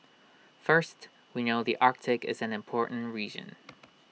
first we know the Arctic is an important region